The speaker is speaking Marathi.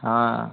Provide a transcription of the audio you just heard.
हा